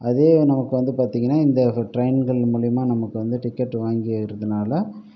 அதே நமக்கு வந்து பார்த்தீங்கன்னா இந்த ட்ரெயின்கள் மூலயமா நமக்கு வந்து டிக்கெட் வாங்கி ஏறுவதுனால